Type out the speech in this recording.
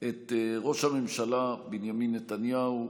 ראש הממשלה בנימין נתניהו,